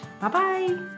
Bye-bye